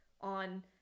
on